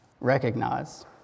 recognize